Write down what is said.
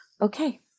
okay